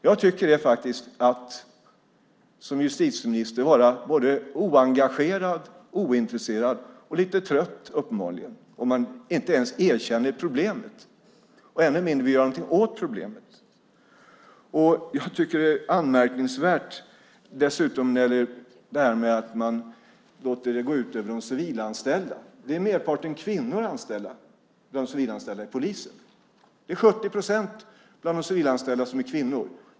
Jag tycker att justitieministern är både oengagerad och ointresserad - uppenbarligen också lite trött - om hon inte ens erkänner problemet och ännu mindre vill göra något åt problemet. Dessutom är det anmärkningsvärt att man låter det gå ut över de civilanställda. Merparten av de civilanställda inom polisen är kvinnor. 70 procent av de civilanställda är kvinnor.